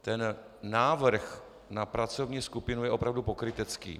Ten návrh na pracovní skupinu je opravdu pokrytecký.